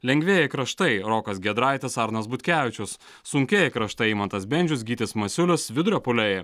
lengvieji kraštai rokas giedraitis arnas butkevičius sunkieji kraštai eimantas bendžius gytis masiulis vidurio puolėjai